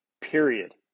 period